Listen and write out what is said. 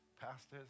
pastors